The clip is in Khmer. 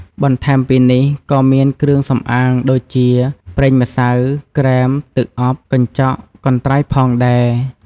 បន្ថែមពីនេះ ក៏មានគ្រឿងសំអាងដូចជា ប្រេងម្សៅ ក្រេម ទឹកអប កញ្ចក់ កន្ត្រៃផងដែរ។